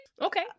Okay